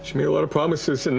she made a lot of promises, and